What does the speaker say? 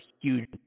huge